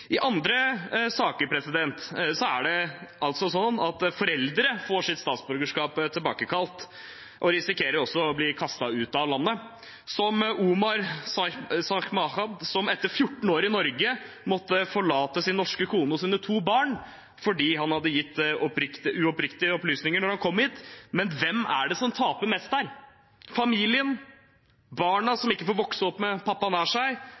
I andre saker er det foreldre som får sitt statsborgerskap tilbakekalt, og som også risikerer å bli kastet ut av landet. Som Omar Sayedahmad, som etter 14 år i Norge måtte forlate sin norske kone og sine to barn fordi han hadde gitt uoppriktige opplysninger da han kom hit. Men hvem er det som taper mest her? Familien og barna, som ikke får vokse opp med pappa